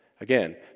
Again